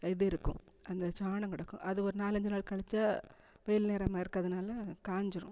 இது இருக்கும் அந்த சாணம் கிடக்கும் அது ஒரு நாலஞ்சு நாள் கழிச்சா வெயில் நேரமாக இருக்கிறதுனால காஞ்சுரும்